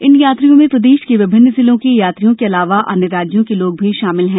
इन यात्रियों में प्रदेश के विभिन्न जिलों के यात्रियों के अलावा अन्य राज्यों के लोग भी शामिल हैं